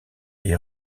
est